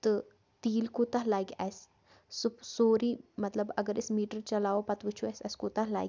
تہٕ تیٖل کوٗتاہ لَگہِ اسہِ سُہ سورُے مطلب اگر أسۍ میٖٹَر چَلاووٗ پَتہٕ وُچھو اسہِ اسہِ کوٗتاہ لَگہِ